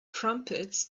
crumpets